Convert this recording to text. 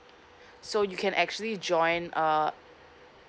so you can actually join uh